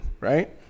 right